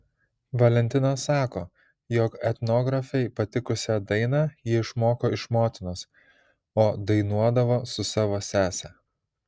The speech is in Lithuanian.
valentina sako jog etnografei patikusią dainą ji išmoko iš motinos o dainuodavo su savo sese